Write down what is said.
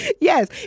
Yes